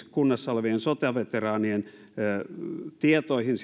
kunnassa olevien sotaveteraanien tietoihin